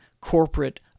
corporate